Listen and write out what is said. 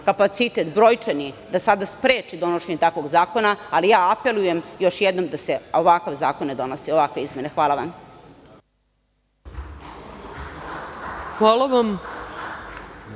kapacitet da sada spreči donošenje takvog zakona, ali ja apelujem još jednom da se ovakav zakon ne donosi, ovakve izmene. Hvala vam. **Ana